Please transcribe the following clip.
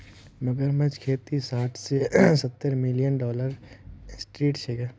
मगरमच्छेर खेती साठ स सत्तर मिलियन डॉलरेर इंडस्ट्री छिके